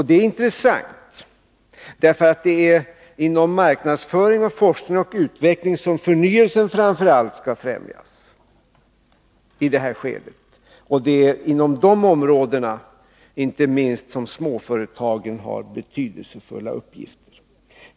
Det är intressant, därför att det är inom marknadsföring, forskning och utveckling som förnyelsen framför allt skall främjas i det här skedet, och det är inte minst inom de områdena som småföretagen har betydelsefulla uppgifter.